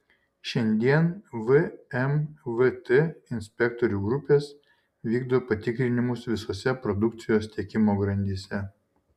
šiandien vmvt inspektorių grupės vykdo patikrinimus visose produkcijos tiekimo grandyse